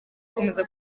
gukomeza